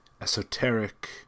esoteric